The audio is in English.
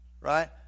Right